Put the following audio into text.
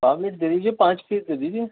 پاپلیٹ دے دیجیے پایچ کے جی دے دیجیے